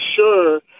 sure